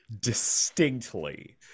distinctly